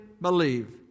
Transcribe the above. believe